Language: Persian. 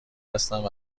هستند